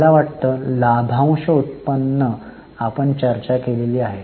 मला वाटतं लाभांश उत्पन्न आपण चर्चा केलेले नाही